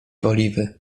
oliwy